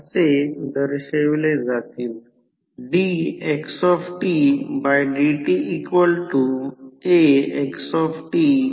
तर आता जर हे उदाहरण सिंगल फेज 500 1000V 50 हर्ट्झ घ्या तर ते देखील एक स्टेप डाऊन ट्रान्सफॉर्मर असेल कारण सेकंडरी साईडला व्होल्टेज कमी होत आहे मॅक्सीमम कोर फ्लक्स देन्सिटी 1